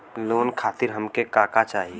Loan खातीर हमके का का चाही?